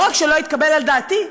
לא רק שלא התקבל על דעתי,